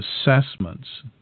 assessments